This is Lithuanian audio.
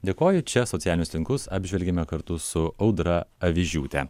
dėkoju čia socialinius tinklus apžvelgėme kartu su audra avižiūtė